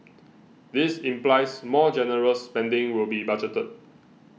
this implies more generous spending will be budgeted